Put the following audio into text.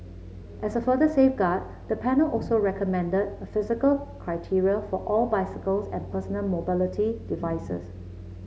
as a further safeguard the panel also recommended a physical criteria for all bicycles and personal mobility devices